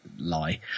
lie